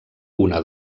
una